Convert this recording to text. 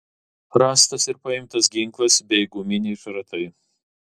rastas ir paimtas ginklas bei guminiai šratai